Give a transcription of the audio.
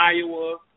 Iowa